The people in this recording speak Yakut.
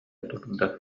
турда